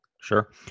Sure